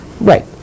Right